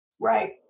Right